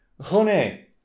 Honey